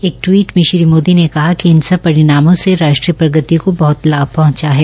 एक टवीट में श्री मोदी ने कहा इन सब परिणामों से राष्ट्रीय प्रगति को बहत पहंचा है